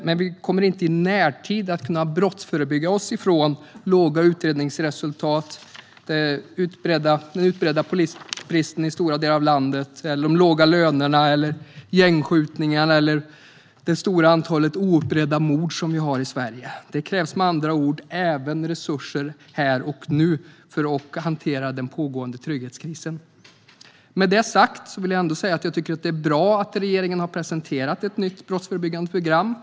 Men vi kommer inte i närtid att kunna brottsförebygga oss från låga utredningsresultat, den utbredda polisbristen i stora delar av landet, de låga lönerna, gängskjutningarna eller det stora antal ouppklarade mord som vi har i Sverige. Det krävs med andra ord även resurser här och nu för att hantera den pågående trygghetskrisen. Med det sagt tycker jag ändå att det är bra att regeringen har presenterat ett nytt brottsförebyggande program.